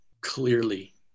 clearly